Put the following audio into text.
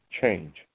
Change